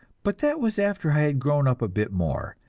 but that was after i had grown up a bit more,